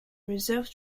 reserve